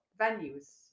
venues